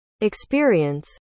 experience